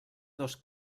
dos